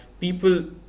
people